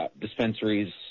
dispensaries